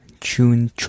June